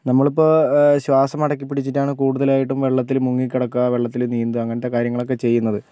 നമ്മളിപ്പോൾ ശ്വാസം അടക്കി പിടിച്ചിട്ടാണ് കൂടുതലായിട്ടും വെള്ളത്തില് മുങ്ങി കിടക്കുക വെള്ളത്തില് നീന്തുക അങ്ങനത്തെ കാര്യങ്ങളൊക്കെ ചെയ്യുന്നത്